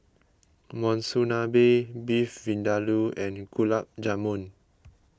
Monsunabe Beef Vindaloo and Gulab Jamun